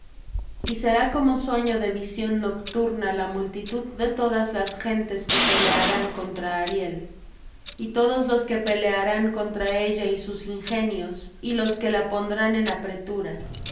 y será como sueño de visión nocturna la multitud de todas las gentes que pelearán contra ariel y todos los que pelearán contra ella y sus ingenios y los que la pondrán en apretura